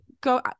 go